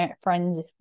friends